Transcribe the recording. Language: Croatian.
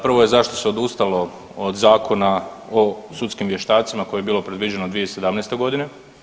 Prvo je zašto se odustalo od Zakona o sudskim vještacima koje je bilo predviđeno 2017. godine?